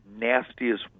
nastiest